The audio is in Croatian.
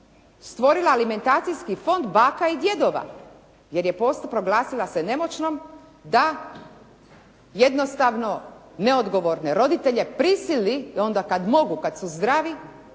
stvorila alimentacijski fond baka i djedova, jer je … proglasila se nemoćnom da jednostavno neodgovorne roditelje prisili i onda kada mogu, kada su zdravi,